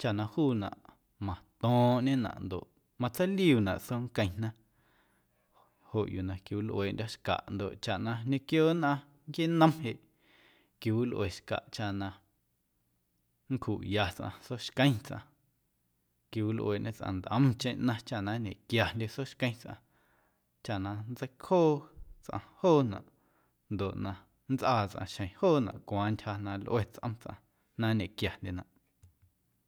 chaꞌ na juunaꞌ mato̱o̱ⁿꞌñenaꞌ ndoꞌ matseiliuunaꞌ soonqueⁿna joꞌ yuu na quiwilꞌueeꞌndyo̱ xcaꞌ ndoꞌ chaꞌ na ñequio nnꞌaⁿ nquieenom jeꞌ quiwilꞌue xcaꞌ chaꞌ na nncjuꞌya tsꞌaⁿ sooxqueⁿ tsꞌaⁿ, quiwilꞌueeꞌñe tsꞌaⁿ ntꞌomcheⁿ ꞌnaⁿ chaꞌ na nñequiandye sooxqueⁿ tsꞌaⁿ chaꞌ na nntseicjoo tsꞌaⁿ joonaꞌ ndoꞌ na nntsꞌaa tsꞌaⁿ xjeⁿ joonaꞌ cuaaⁿ ntyja na lꞌue tsꞌom tsꞌaⁿ na nñequiandyenaꞌ.